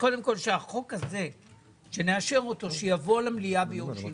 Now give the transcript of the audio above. שהחוק הזה כשנאשר אותו, שיבוא למליאה ביום שני.